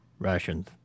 Rations